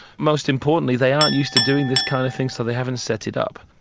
most importantly they aren't used to doing this kind of thing so they haven't set it up.